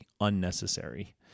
unnecessary